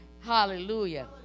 Hallelujah